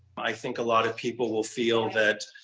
i think a lot of people will feel that